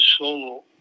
solo